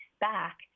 Back